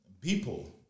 People